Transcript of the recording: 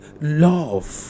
Love